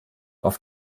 oft